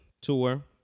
tour